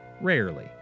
rarely